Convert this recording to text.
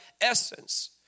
essence